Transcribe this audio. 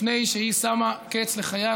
לפני שהיא שמה קץ לחייה,